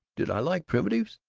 did i like primitives.